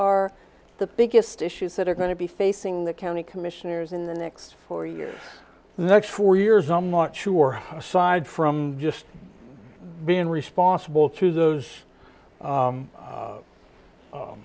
are the biggest issues that are going to be facing the county commissioners in the next four years the next four years i'm not sure aside from just being responsible to those